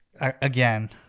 again